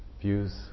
views